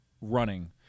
running